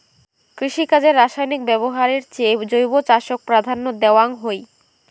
কৃষিকাজে রাসায়নিক ব্যবহারের চেয়ে জৈব চাষক প্রাধান্য দেওয়াং হই